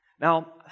Now